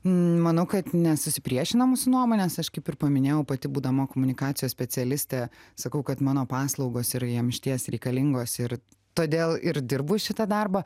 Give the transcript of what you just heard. manau kad ne susipriešina mūsų nuomonės aš kaip ir paminėjau pati būdama komunikacijos specialistė sakau kad mano paslaugos yra jiem išties reikalingos ir todėl ir dirbu šitą darbą